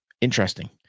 Interesting